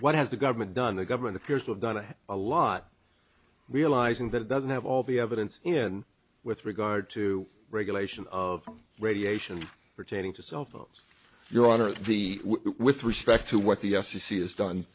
what has the government done the government appears to have done a lot realizing that it doesn't have all the evidence and with regard to regulation of radiation pertaining to cell phones your honor the with respect to what the f c c has done